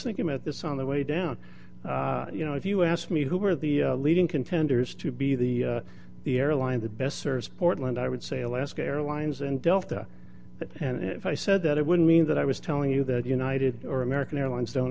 thinking about this on the way down you know if you ask me who are the leading contenders to be the the airline the best service portland i would say alaska airlines and delta and if i said that it would mean that i was telling you that united or american airlines don't